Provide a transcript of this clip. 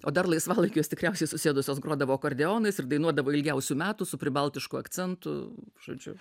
o dar laisvalaikiu jos tikriausiai susėdusios grodavo akordeonais ir dainuodavo ilgiausių metų su pribaltišku akcentu žodžiu